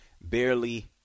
barely